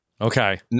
Okay